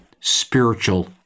spiritual